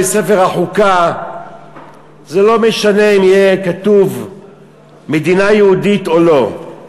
לא משנה אם בספר החוקה יהיה כתוב מדינה יהודית או לא,